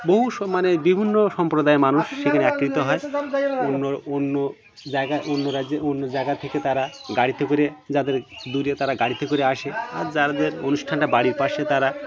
বহু মানে বিভিন্ন সম্প্রদায়ের মানুষ সেখানে একত্রিত হয় অন্য অন্য জায়গায় অন্য রাজ্যে অন্য জায়গা থেকে তারা গাড়িতে করে যাদের দূরে তারা গাড়িতে করে আসে আর যাদের অনুষ্ঠানটা বাড়ির পাশে তারা